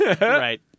Right